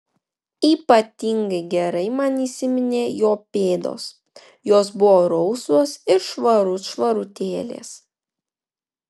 ypatingai gerai man įsiminė jo pėdos jos buvo rausvos ir švarut švarutėlės